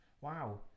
Wow